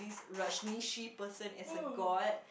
this Rajneeshee person as a god